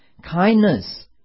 kindness